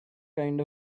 kind